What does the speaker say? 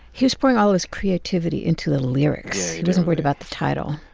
he was pouring all of his creativity into the lyrics. he wasn't worried about the title.